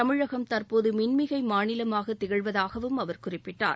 தமிழகம் தற்போதுமின் மிகைமாநிலமாகதிகழ்வதாகவும் அவர் குறிப்பிட்டார்